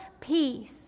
peace